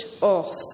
off